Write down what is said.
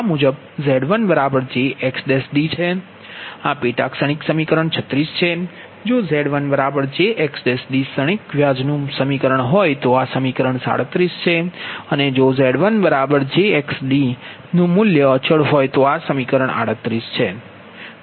આ પેટા ક્ષણિક સમીકરણ 36 છે જો Z1jXd ક્ષણિક વ્યાજનું સમીકરણ હોય તો આ સમીકરણ 37 છે અને જો Z1jXd નુ મૂલ્ય અચલ હોય તો આ સમીકરણ 38 છે